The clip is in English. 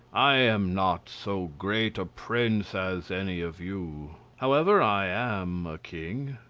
i am not so great a prince as any of you however, i am a king.